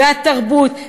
והתרבות,